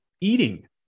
eating